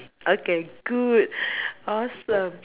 okay good awesome